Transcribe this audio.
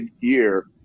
year